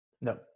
No